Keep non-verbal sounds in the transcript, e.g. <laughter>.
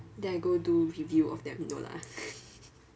then I go do review of them no lah <laughs>